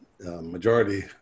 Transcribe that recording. majority